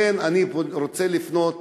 לכן אני רוצה לפנות